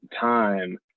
time